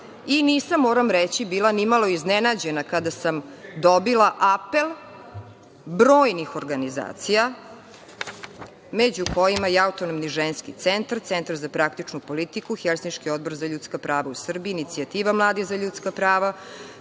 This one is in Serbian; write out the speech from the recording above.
i nisam, moram reći bila ni malo iznenađena kada sam dobila apel brojnih organizacija, među kojima je i Autonomni ženski centar, Centar za praktičnu politiku, Helsinški odbor za ljudska prava u Srbiji, Inicijativa mladih za ljudska prava,